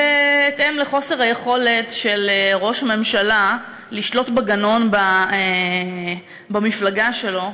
בהתאם לחוסר היכולת של ראש הממשלה לשלוט בגנון במפלגה שלו,